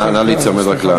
נא להיצמד רק לתשובות.